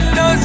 no